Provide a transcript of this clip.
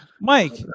Mike